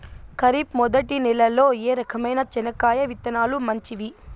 ఖరీఫ్ మొదటి నెల లో ఏ రకమైన చెనక్కాయ విత్తనాలు మంచివి